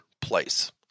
place